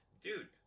dude